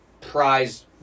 prize